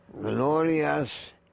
glorious